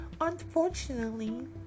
unfortunately